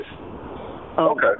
Okay